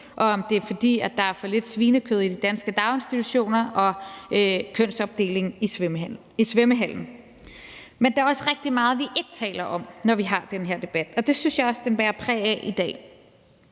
og om det er, fordi der er for lidt svinekød i de danske daginstitutioner og kønsopdeling i svømmehallen. Men der er også rigtig meget, vi ikke taler om, når vi har den her debat, og det synes jeg også den bærer præg af i dag.